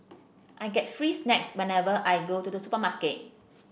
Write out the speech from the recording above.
I get free snacks whenever I go to the supermarket